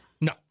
No